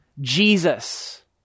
Jesus